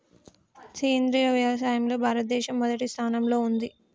సేంద్రియ వ్యవసాయంలో భారతదేశం మొదటి స్థానంలో ఉంది